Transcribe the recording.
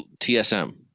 TSM